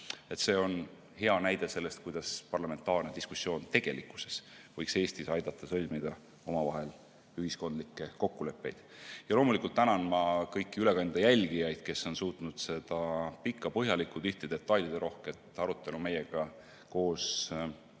see on hea näide selle kohta, kuidas parlamentaarne diskussioon tegelikkuses võiks Eestis aidata sõlmida omavahel ühiskondlikke kokkuleppeid. Loomulikult tänan ma kõiki ülekande jälgijaid, kes on suutnud selle pika, põhjaliku ja tihti detailirohke arutelu meiega koos läbi